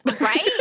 Right